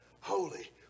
Holy